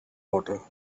water